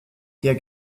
her